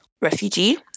refugee